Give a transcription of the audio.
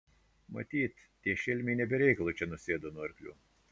matyt tie šelmiai ne be reikalo čia nusėdo nuo arklių